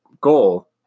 goal